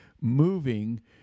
moving